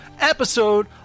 episode